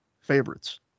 favorites